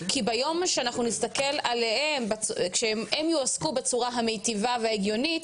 כי ביום שאנחנו אנחנו נסתכל עליהם כשהם יועסקו בצורה המיטיבה וההגיונית,